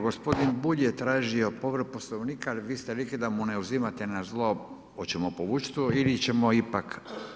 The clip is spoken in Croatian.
Gospodin Bulj je tražio povredu Poslovnika ali vi ste rekli da mu ne uzimate na zlo, hoćemo povući to ili ćemo ipak?